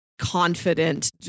confident